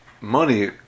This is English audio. money